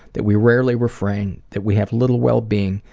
that we rarely refrain, that we have little well-being,